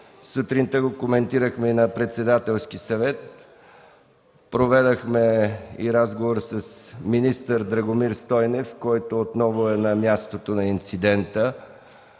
Сутринта го коментирахме на Председателския съвет. Проведохме и разговор с министър Драгомир Стойнев, който отново е на мястото на инцидента